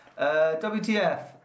WTF